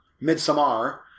Midsummer